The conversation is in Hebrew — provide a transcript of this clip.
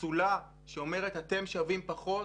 הפסולה שאומרת: אתם שווים פחות,